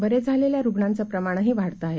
बरे झालेल्या रुगणांचं प्रमाणही वाढत आहे